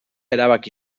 erabaki